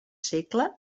segle